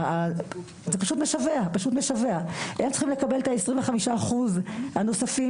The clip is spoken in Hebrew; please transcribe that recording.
הם צריכים לקבל את העשרים וחמישה אחוז הנוספים,